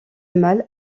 mâle